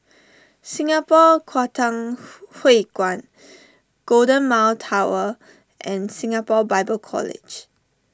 Singapore Kwangtung Hui Kuan Golden Mile Tower and Singapore Bible College